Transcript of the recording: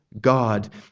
God